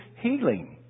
healing